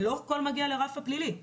ולא הכול מגיע גם לרף הפלילי.